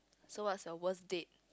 so what's your worst date